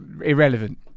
irrelevant